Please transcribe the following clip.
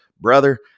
brother